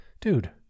dude